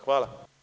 Hvala.